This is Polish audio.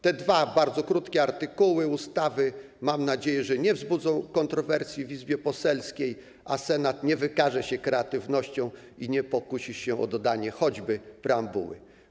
Te dwa bardzo krótkie artykuły ustawy, mam nadzieję, nie wzbudzą kontrowersji w polskiej izbie, a Senat nie wykaże się kreatywnością i nie pokusi się o dodanie choćby preambuły.